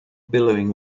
billowing